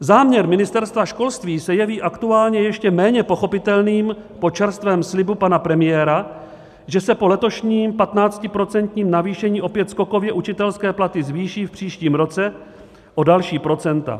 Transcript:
Záměr Ministerstva školství se jeví aktuálně ještě méně pochopitelným po čerstvém slibu pana premiéra, že se po letošním 15procentním navýšení opět skokově učitelské platy zvýší v příštím roce o další procenta.